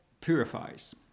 purifies